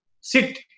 sit